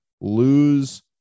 lose